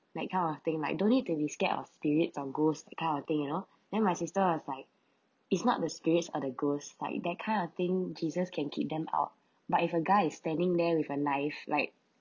like kind of thing like don't need to be scared of spirits or ghosts that kind of thing you know then my sister was like is not the spirits or the ghosts like that kind of thing jesus can keep them out but if a guy is standing there with a knife like